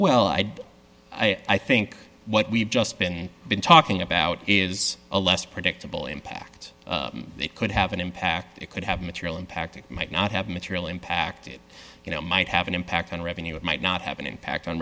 well i'd i think what we've just been been talking about is a less predictable impact that could have an impact it could have material impact it might not have material impact it might have an impact on revenue it might not have an impact on